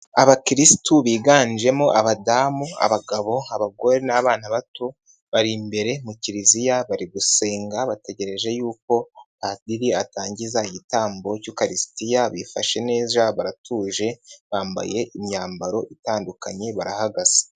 Abakirisitu biganjemo abadamu, abagabo, abagore n'abana bato bari imbere mu kiliziya bari gusenga bategereje y'uko padiri atangiza igitambo cy'ukaristiya bifashe neza baratuje bambaye imyambaro itandukanye barahagaze.